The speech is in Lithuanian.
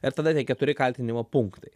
ir tada tie keturi kaltinimo punktai